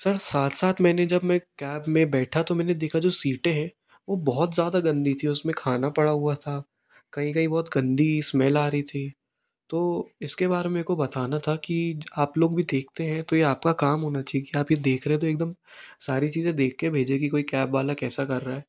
sir साथ साथ मैंने जब मैं कैब में बैठा तो मैंने देखा जो सीटें हैं वो बहुत ज़्यादा गंदी थीं उसमें खाना पड़ा हुआ था कहीं कहीं बहुत गंदी स्मेल आ रही थी तो इसके बारे में मेरे को बताना था कि आप लोग भी देखते हैं तो ये आपका काम होना चाहिए कि आप यह देख रहे हैं तो एक दम सारी चीज़ें देख के भेजें कि कोई कैब वाला कैसा कर रहा है